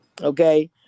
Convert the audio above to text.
Okay